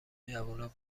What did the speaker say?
جوونا